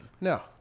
No